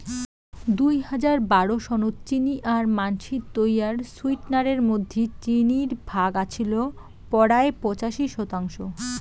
দুই হাজার বারো সনত চিনি আর মানষি তৈয়ার সুইটনারের মধ্যি চিনির ভাগ আছিল পরায় পঁচাশি শতাংশ